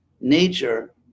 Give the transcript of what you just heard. nature